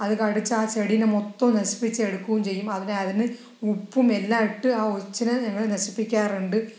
അത് കടിച്ച് ആ ചെടിയിനെ മൊത്തം നശിപ്പിച്ചെടുക്കുകയും ചെയ്യും അതിനെ അതിന് ഉപ്പും എല്ലാം ഇട്ട് ആ ഒച്ചിനെ ഞങ്ങൾ നശിപ്പിക്കാറുണ്ട്